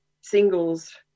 singles